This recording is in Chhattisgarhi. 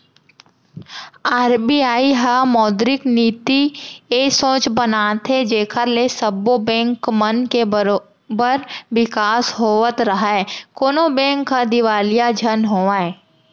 आर.बी.आई ह मौद्रिक नीति ए सोच बनाथे जेखर ले सब्बो बेंक मन के बरोबर बिकास होवत राहय कोनो बेंक ह दिवालिया झन होवय